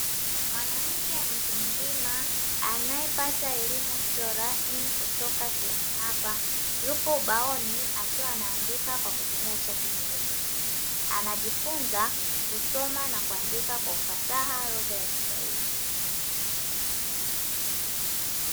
Mwanamke mtu mzima anayepata elimu isiyo rasmi kutoka shuleni hapa, yupo ubaoni akiwa anaandika kwa kutumia chaki nyeupe, anajifunza kusoma na kuandika kwa ufasaha lugha ya kiswahili.